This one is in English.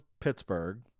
Pittsburgh